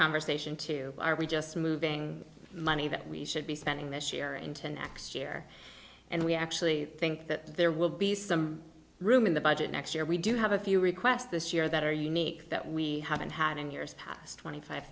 conversation two are we just moving money that we should be spending this year into next year and we actually think that there will be some room in the budget next year we do have a few requests this year that are unique that we haven't had in years past twenty five